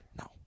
No